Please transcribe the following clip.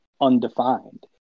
undefined